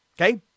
Okay